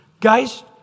Guys